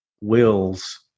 wills